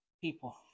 people